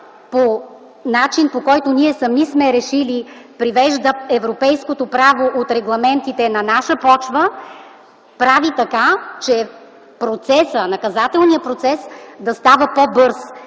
по начин, по който ние сами сме решили, привежда европейското право от регламентите на наша почва, прави така, че наказателният процес да става по-бърз.